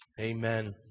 amen